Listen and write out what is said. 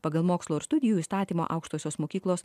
pagal mokslo ir studijų įstatymą aukštosios mokyklos